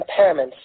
impairments